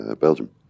Belgium